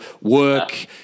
work